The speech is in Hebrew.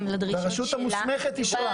לדרישות שלה --- שהרשות המוסמכת אישרה.